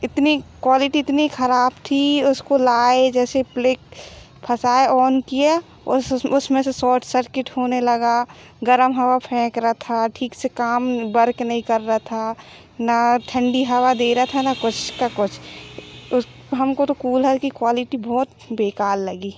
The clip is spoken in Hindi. इतनी क्वालिटी इतनी खराब थी उसको लाए जैसे प्लिक फँसाए ऑन किया उस उसमें से सॉट सर्किट होने लगा गर्म हवा फेंक रहा था ठीक से काम बर्क नहीं कर रहा था ना ठंडी हवा दे रहा था ना कुछ का कुछ उस हमको तो कूलर की क्वालिटी बहुत बेकार लगी